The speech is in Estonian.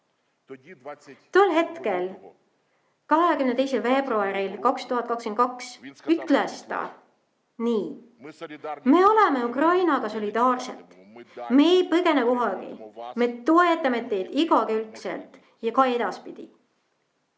Tol hetkel, 22. veebruaril 2022, ütles ta nii: "Me oleme Ukrainaga solidaarselt. Me ei põgene kuhugi, me toetame teid igakülgselt, ja ka edaspidi."